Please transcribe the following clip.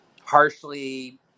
harshly